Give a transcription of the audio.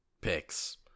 picks